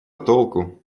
толку